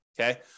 Okay